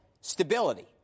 stability